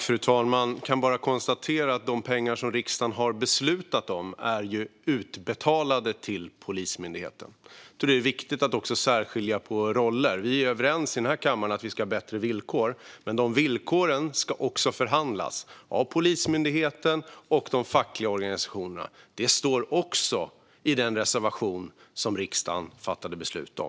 Fru talman! Jag kan bara konstatera att de pengar som riksdagen har beslutat om är utbetalade till Polismyndigheten. Det viktigt att särskilja roller. Vi är överens i denna kammare om att det ska vara bättre villkor, men dessa villkor ska förhandlas av Polismyndigheten och de fackliga organisationerna. Detta står också i den reservation som riksdagen fattat beslut om.